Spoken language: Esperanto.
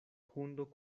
hundo